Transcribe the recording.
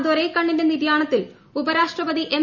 ദൊരൈകണ്ണിന്റെ നിര്യാണത്തിൽ ഉപരാഷ്ട്രപതി എം